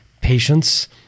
patience